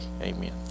Amen